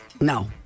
No